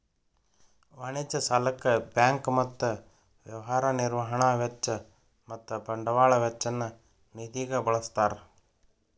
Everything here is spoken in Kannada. ವಾಣಿಜ್ಯ ಸಾಲಕ್ಕ ಬ್ಯಾಂಕ್ ಮತ್ತ ವ್ಯವಹಾರ ನಿರ್ವಹಣಾ ವೆಚ್ಚ ಮತ್ತ ಬಂಡವಾಳ ವೆಚ್ಚ ನ್ನ ನಿಧಿಗ ಬಳ್ಸ್ತಾರ್